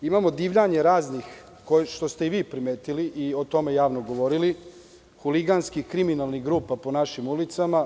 Imamo divljenje raznih, kao što ste i vi primetili i o tome javno govorili, huliganskih kriminalnih grupa po našim ulicama.